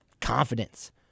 confidence